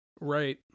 Right